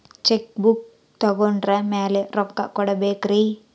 Check book ತೊಗೊಂಡ್ರ ಮ್ಯಾಲೆ ರೊಕ್ಕ ಕೊಡಬೇಕರಿ?